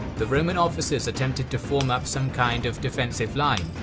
the roman officers attempted to form up some kind of defensive line,